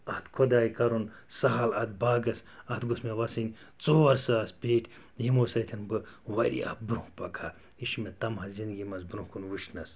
اَتھ خۄداے کَرُن سَہل اَتھ باغَس اَتھ گوٚژھ مےٚ وَسٕنۍ ژور ساس پیٹہِ یِمو سۭتۍ بہٕ واریاہ برٛۄنٛہہ پَکہٕ ہا یہِ چھُ مےٚ طمع زِندگی منٛز برٛۄنٛہہ کُن وُچھنَس